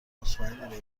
مطمئنی